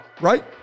right